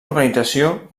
organització